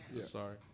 sorry